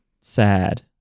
sad